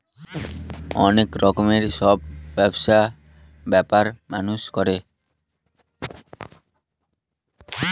অনেক রকমের সব ব্যবসা ব্যাপার মানুষ করে